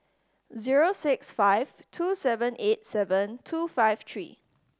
zero six five two seven eight seven two five three